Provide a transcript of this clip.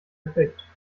gefecht